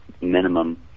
minimum